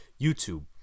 YouTube